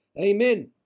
Amen